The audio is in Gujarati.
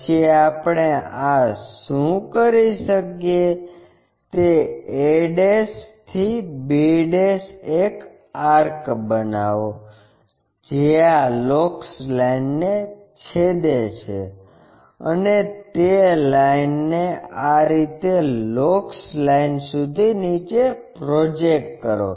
પછી આપણે આ શું કરી શકીએ તે a થી b એક આર્ક બનાવો જે આ લોકસ લાઇનને છેદે છે અને તે લાઈન ને આ રીતે આ લોકસ લાઇન સુધી નીચે પ્રોજેક્ટ કરો